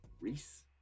Reese